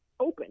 open